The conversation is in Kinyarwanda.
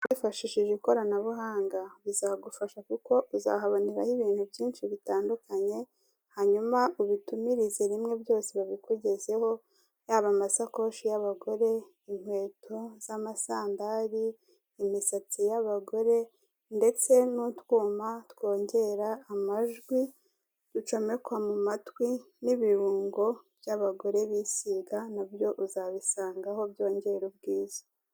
Witashishije ikoranabuhanga bizagufasha kuko uzahabonera ibintu byinshi bitandukanye hanyuma ubitumirize rimwe byose babikugezeho yaba amasakoshi y'abagore, inkweto zamasandari, imisatsi y'abagore ndetse n'utwuma twongera amajwi ducomekwa mu mwatwi n'ibirungo by'abagore bisiga nabyo uzabisangaho byongera ubwiza.